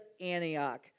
Antioch